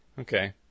Okay